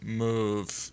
move